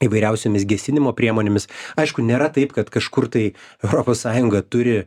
įvairiausiomis gesinimo priemonėmis aišku nėra taip kad kažkur tai europos sąjunga turi